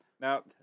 now